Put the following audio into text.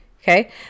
Okay